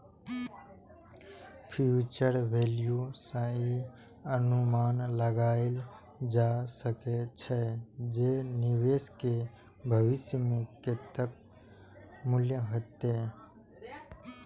future value सं ई अनुमान लगाएल जा सकै छै, जे निवेश के भविष्य मे कतेक मूल्य हेतै